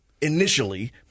initially